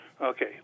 Okay